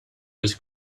was